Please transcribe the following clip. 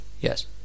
Yes